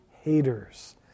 haters